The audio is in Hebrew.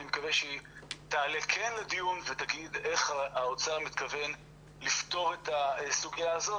אני מקווה שהיא תעלה לדיון ותגיד איך האוצר מתכוון לפתור את הסוגיה הזו,